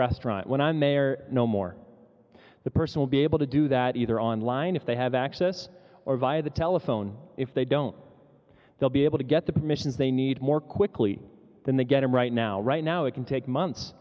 restaurant when i'm there no more the person will be able to do that either online if they have access or by the telephone if they don't they'll be able to get the permissions they need more quickly than they get right now right now it can take months